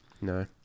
No